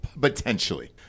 potentially